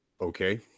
Okay